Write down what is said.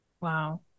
Wow